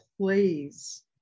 plays